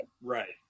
Right